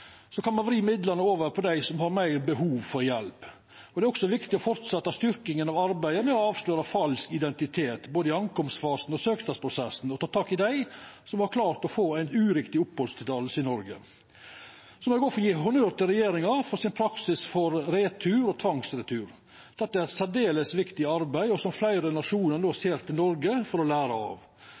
kan ein vri midlane over på dei som har meir behov for hjelp. Det er også viktig å fortsetja styrkinga av arbeidet med å avsløra falsk identitet, både i innkomstfasen og i søknadsprosessen, og ta tak i dei som har klart å få uriktig opphaldsløyve i Noreg. Så må eg òg få gje honnør til regjeringa for praksisen med retur og tvangsretur. Dette er eit særdeles viktig arbeid som fleire nasjonar no ser til Noreg for å læra av.